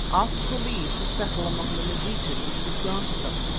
asked for leave to settle among the mazitu, which was granted them.